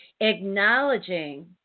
acknowledging